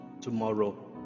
Tomorrow